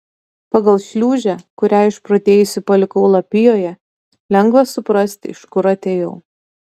pagal šliūžę kurią išprotėjusi palikau lapijoje lengva suprasti iš kur atėjau